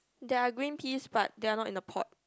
there are green peas but they are not in the pot